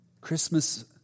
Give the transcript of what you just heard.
Christmas